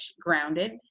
grounded